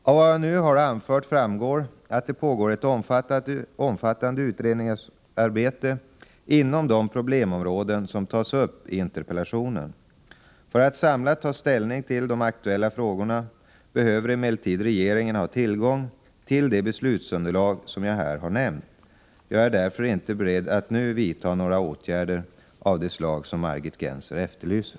Av vad jag nu har anfört framgår att det pågår ett omfattande utredningsarbete inom de problemområden som tas upp i interpellationen. För att samlat ta ställning till de aktuella frågorna behöver emellertid regeringen ha tillgång till det beslutsunderlag som jag här har nämnt. Jag är därför inte beredd att nu vidta några åtgärder av det slag som Margit Gennser efterlyser.